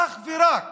אך ורק.